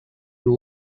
too